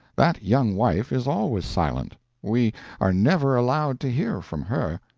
that young wife is always silent we are never allowed to hear from her.